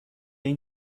این